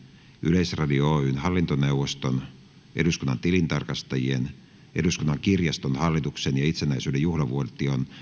yleisradio oyn hallintoneuvoston eduskunnan tilintarkastajien eduskunnan kirjaston hallituksen ja itsenäisyyden juhlavuoden